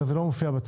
הרי זה לא מופיע בצו.